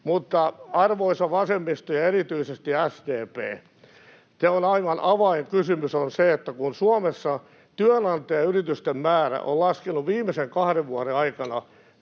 mukaan. Arvoisa vasemmisto ja erityisesti SDP, aivan avainkysymys on se, että kun Suomessa työnantajayritysten määrä on laskenut viimeisen kahden vuoden aikana